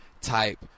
type